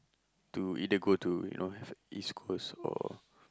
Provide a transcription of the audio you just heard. to either go to you know have a East-Coast or